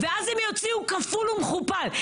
ואז הם יוציאו כפול ומכופל.